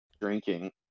drinking